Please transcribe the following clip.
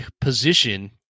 position